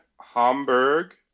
Hamburg